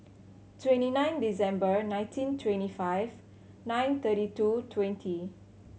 twenty nine December nineteen twenty five nine thirty two twenty